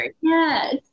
Yes